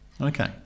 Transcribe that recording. Okay